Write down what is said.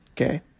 okay